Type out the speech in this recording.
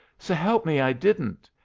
s'help me, i didn't.